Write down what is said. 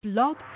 Blog